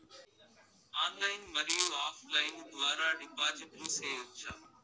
Online మరియు offline ద్వారా డిపాజిట్లు సేయొచ్చా?